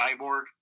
Cyborg